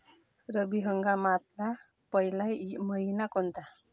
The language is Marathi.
रब्बी हंगामातला पयला मइना कोनता?